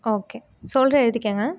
okay சொல்றேன் எழுதிக்கங்க